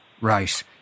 Right